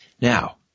Now